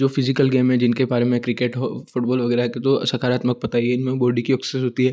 जो physical game में है जिनके बारे में क्रिकेट हो फ़ुटबॉल वगैरह के तो सकारात्मक पता ही है इनमें बोडी की ओक्सेस होती है